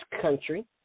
country